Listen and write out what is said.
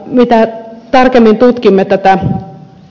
mitä tarkemmin tutkimme että